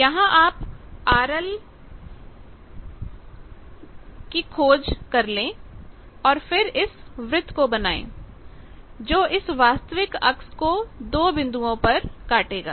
यहां आप RL के स्वीकृत कर को खोजें और फिर इस व्रत को बनाएं जो इस वास्तविक अक्स को दो बिंदुओं पर काटेगा